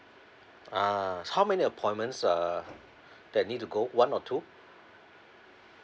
uh how many appointments uh that need to go one or two